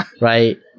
right